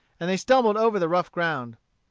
and they stumbled over the rough ground.